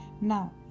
now